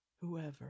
whoever